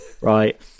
right